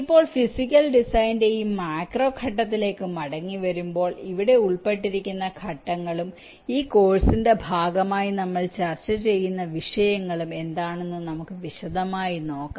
ഇപ്പോൾ ഫിസിക്കൽ ഡിസൈന്റെ ഈ മാക്രോ ഘട്ടത്തിലേക്ക് മടങ്ങിവരുമ്പോൾ ഇവിടെ ഉൾപ്പെട്ടിരിക്കുന്ന ഘട്ടങ്ങളും ഈ കോഴ്സിന്റെ ഭാഗമായി നമ്മൾ ചർച്ച ചെയ്യുന്ന വിഷയങ്ങളും എന്താണെന്ന് നമുക്ക് വിശദമായി നോക്കാം